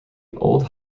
old